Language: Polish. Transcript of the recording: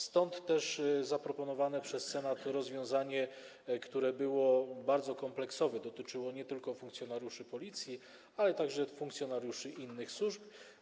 Stąd też zaproponowane przez Senat rozwiązanie było bardzo kompleksowe, dotyczyło nie tylko funkcjonariuszy Policji, ale także funkcjonariuszy innych służb.